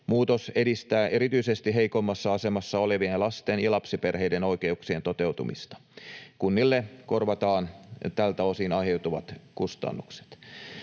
Muutos edistää erityisesti heikoimmassa asemassa olevien lasten ja lapsiperheiden oikeuksien toteutumista. Kunnille korvataan tältä osin aiheutuvat kustannukset.